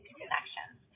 connections